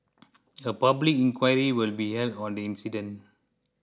a public inquiry will be held on the incident